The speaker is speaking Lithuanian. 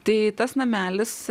tai tas namelis